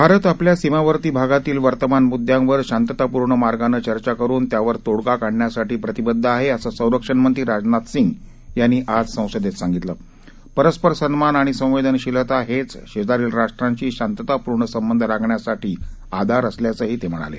भारत आपल्या सीमावर्ती भागातील वर्तमान मुद्द्यांवर शांततापूर्ण मार्गाने चर्चा करुन त्यावर तोडगा काढण्यासाठी प्रतिबद्ध आहे असं संरक्षण मंत्री राजनाथ सिंह यांनी आज संसदेत सांगितलं परस्पर सन्मान आणि संवेदनशीलता हेच शेजारील राष्ट्रांशी शांततापूर्ण संबंध राखण्यासाठी आधार असल्याचंही त्यांनी सांगितलं